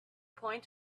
point